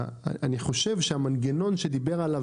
אני חושב שהמנגנון שרן מלמד דיבר עליו